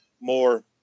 more